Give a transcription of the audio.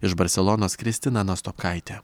iš barselonos kristina nastopkaitė